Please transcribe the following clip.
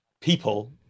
people